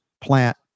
plant